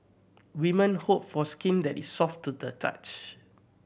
women hope for skin that is soft to the touch